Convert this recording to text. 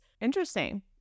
Interesting